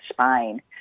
spine